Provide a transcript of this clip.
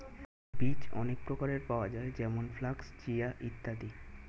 বীজ অনেক প্রকারের পাওয়া যায় যেমন ফ্ল্যাক্স, চিয়া ইত্যাদি